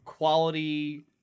quality